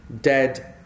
dead